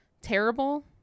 terrible